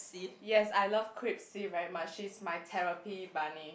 yes I love Kripsy very much she is my therapy bunny